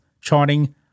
charting